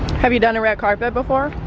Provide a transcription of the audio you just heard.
have you done a red carpet before?